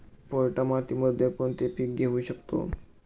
पोयटा मातीमध्ये कोणते पीक घेऊ शकतो?